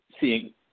seeing